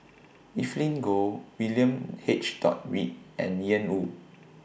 Evelyn Goh William H Dot Read and Ian Woo